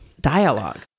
dialogue